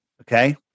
Okay